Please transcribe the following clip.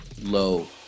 low